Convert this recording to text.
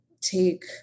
take